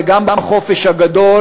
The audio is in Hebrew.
וגם בחופש הגדול